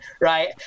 right